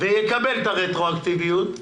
ויקבל את הרטרואקטיביות,